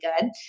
good